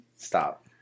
Stop